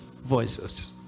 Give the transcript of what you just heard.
voices